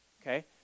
Okay